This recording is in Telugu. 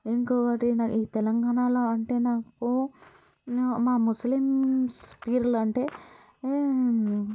ఇంకోటి నాకు ఈ తెలంగాణలో అంటే నాకు మా ముస్లిమ్స్ పీర్లు అంటే